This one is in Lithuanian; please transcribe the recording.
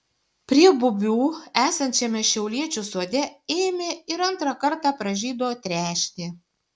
prie bubių esančiame šiauliečių sode ėmė ir antrą kartą pražydo trešnė